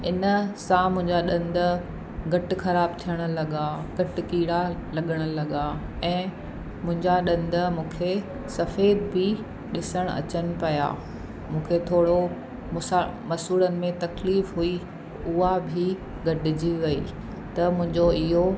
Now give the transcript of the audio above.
इनसां मुंहिंजा ॾंदु घटि ख़राबु थियण लॻा त कीड़ा लॻण लॻा ऐं मुंहिंजा ॾंदु मूंखे सफेद बि ॾिसण अचनि पिया मूंखे थोरो मूंसां मसूड़नि में तकलीफ़ हुई उहा बि गॾिजी वई त मुंहिंजो इहो